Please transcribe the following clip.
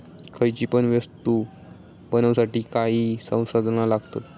खयची पण वस्तु बनवुसाठी काही संसाधना लागतत